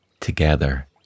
Together